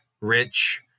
rich